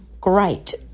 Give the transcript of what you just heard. great